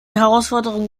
herausforderungen